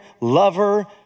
lover